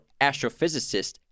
astrophysicist